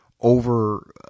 over